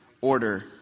Order